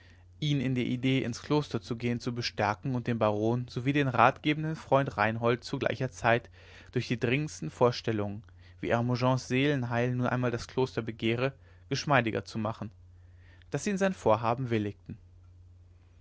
ihn in der idee ins kloster zu gehen zu bestärken und den baron sowie den ratgebenden freund reinhold zu gleicher zeit durch die dringendsten vorstellungen wie hermogens seelenheil nun einmal das kloster begehre geschmeidiger zu machen daß sie in sein vorhaben willigten